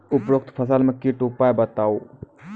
उपरोक्त फसल मे कीटक उपाय बताऊ?